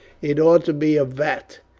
it ought to be a vat.